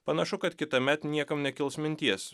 panašu kad kitąmet niekam nekils minties